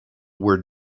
word